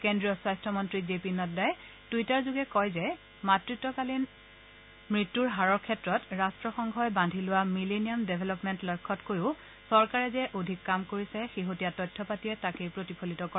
কেন্দ্ৰীয় স্বাস্থ্যমন্ত্ৰীজে পি নাড্ডাই টুইটাৰযোগে কয় যে মাতৃত্বকালীন মৃত্যূৰ হাৰৰ ক্ষেত্ৰত ৰাট্টসংঘই বাদ্ধি লোৱা মিলেনিয়াম ডেভলপমেণ্ট লক্ষ্যতকৈও চৰকাৰে যে অধিক কাম কৰিছে শেহতীয়া তথ্যপাতিয়ে তাকেই প্ৰতিফলিত কৰে